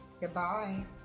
goodbye